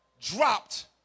dropped